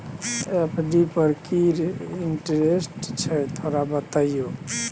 FD पर की interest छय थोरा बतईयो?